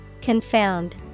Confound